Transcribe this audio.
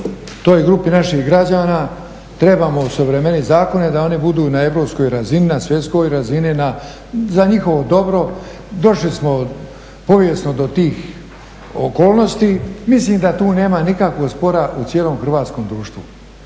toj grupi naših građana trebamo osuvremenit zakone da oni budu na europskoj razini, na svjetskoj razini, za njihovo dobro došli smo povijesno do tih okolnosti. Mislim da tu nema nikakvog spora u cijelom hrvatskom društvu.